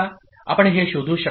आपण हे शोधू शकता